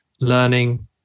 learning